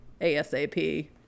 ASAP